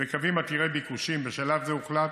בקווים עתירי ביקושים, בשלב זה הוחלט